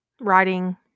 Writing